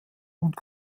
und